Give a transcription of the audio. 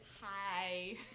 Hi